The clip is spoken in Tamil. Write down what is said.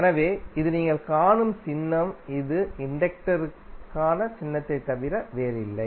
எனவே இது நீங்கள் காணும் சின்னம் இது இண்டக்டருக்கான சின்னத்தைத் தவிர வேறில்லை